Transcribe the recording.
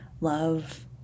love